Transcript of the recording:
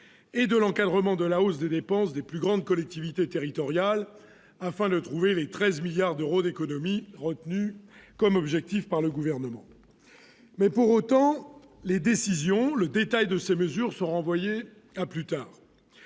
et de l'encadrement de la hausse des dépenses des plus grandes collectivités territoriales afin de trouver les 13 milliards d'euros d'économies retenu comme objectif par le gouvernement, mais pour autant, les décisions le détail de ces mesures sont renvoyées à plus tard